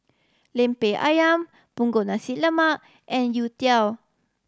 Lemper Ayam Punggol Nasi Lemak and youtiao